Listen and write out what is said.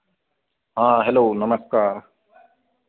हाँ हेलो नमस्कार